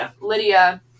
Lydia